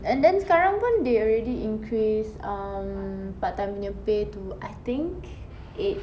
and then sekarang pun they already increase um part-time punya pay to I think eight